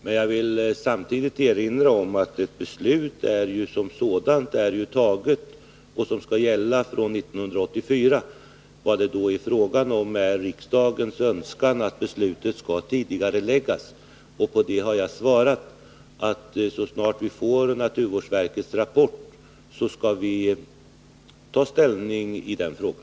Men jag vill samtidigt erinra om att beslutet om övergång till lågsvavlig olja redan är fattat, och det skall gälla hela landet 1984. Vad det då är fråga om är riksdagens önskan att beslutet skall tidigareläggas. Jag har där svarat att så snart vi får naturvårdsverkets rapport skall vi ta ställning i den frågan.